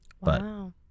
Wow